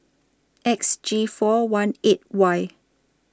X G four one eight Y